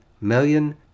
million